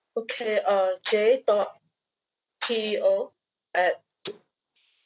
okay uh J dot T E O at